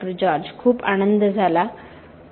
George खूप आनंद झाला डॉ